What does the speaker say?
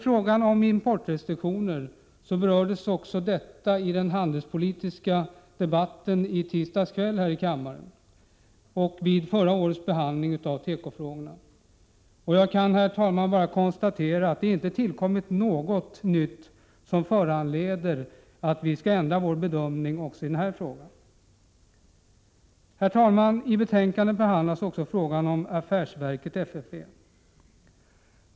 Frågan om importrestriktioner berördes också i den handelspolitiska debatten här i kammaren i tisdags kväll och vid förra årets behandling av tekofrågorna. Jag kan, herr talman, bara konstatera att det inte har tillkommit något nytt som föranleder en ändrad bedömning också i denna fråga. Herr talman! I betänkandet behandlas också frågan om affärsverket FFV.